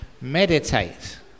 meditate